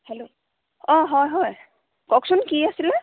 hello অঁ হয় হয় কওকচোন কি আছিলে